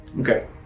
Okay